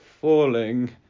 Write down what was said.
falling